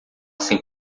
sem